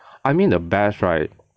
I mean the best right